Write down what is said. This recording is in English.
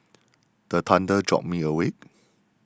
the thunder jolt me awake